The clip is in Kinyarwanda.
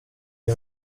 iyi